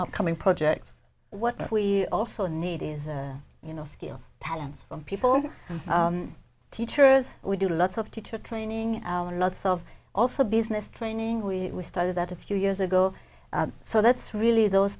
upcoming projects what we also need is you know skills talents from people teachers we do lots of teacher training our lots of also business training we started that a few years ago so that's really those